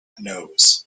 knows